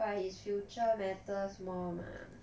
but his future matters more mah